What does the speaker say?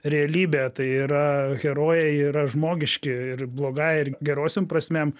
realybę tai yra herojai yra žmogiški ir blogąja ir gerosiom prasmėm